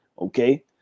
okay